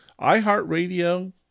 iHeartRadio